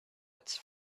its